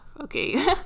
okay